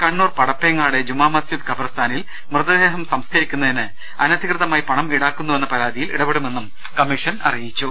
കണ്ണൂർ പടപ്പേങ്ങാട് ജുമാ മസ്ജിദ് ഖബർസ്ഥാനിൽ മൃതദേഹം സംസ് ക്കരിക്കുന്നതിന് അനധികൃതമായി പണം ഈടാക്കുന്നുവെന്ന പരാതിയിൽ ഇടപെടു മെന്നും കമ്മീഷൻ അറിയിച്ചു